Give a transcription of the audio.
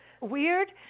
weird